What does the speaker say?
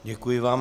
Děkuji vám.